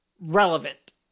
relevant